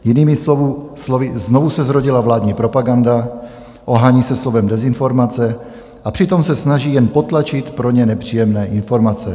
Jinými slovy, znovu se zrodila vládní propaganda, ohání se slovem dezinformace, a přitom se snaží jen potlačit pro ně nepříjemné informace.